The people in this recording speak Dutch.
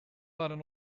waren